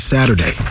Saturday